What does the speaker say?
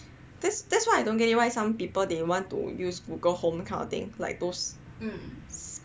this that's why I don't get it why some people they want to use Google home kind of thing like those